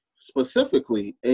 Specifically